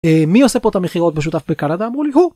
אה, מי עושה פה את המכירות בשותף בקנדה? אמרו לי, הוא.